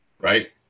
right